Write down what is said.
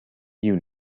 you